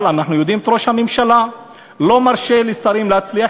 אבל אנחנו מכירים את ראש הממשלה: לא מרשה לשרים להצליח,